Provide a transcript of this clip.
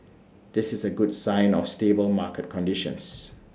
this is A good sign of stable market conditions